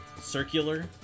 Circular